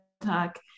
Talk